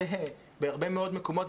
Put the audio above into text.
בהרבה מאוד מקומות,